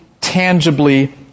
tangibly